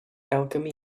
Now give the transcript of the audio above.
alchemy